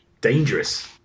dangerous